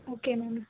okay ma'am